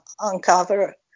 uncover